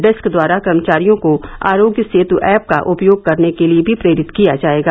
desk द्वारा कर्मचारियों को आरोग्य सेतु ऐप का उपयोग करने के लिये भी प्रेरित किया जायेगा